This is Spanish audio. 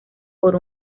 por